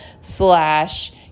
slash